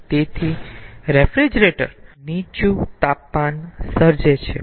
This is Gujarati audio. તેથી રેફ્રિજરેટર નીચા તાપમાન સર્જે છે